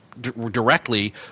directly